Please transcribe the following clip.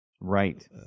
Right